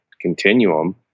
continuum